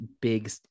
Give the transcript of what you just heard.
big